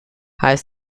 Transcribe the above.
high